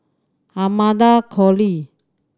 Amanda Koe Lee